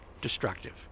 destructive